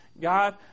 God